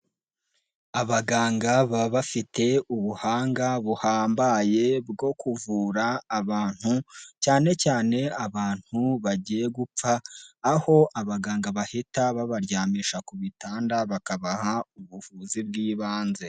Abaganga baba bafite ubuhanga buhambaye, bwo kuvura abantu, cyane cyane abantu bagiye gupfa, aho abaganga bahita babaryamisha ku bitanda, bakabaha ubuvuzi bw'ibanze.